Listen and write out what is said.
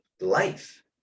life